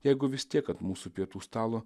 jeigu vis tiek ant mūsų pietų stalo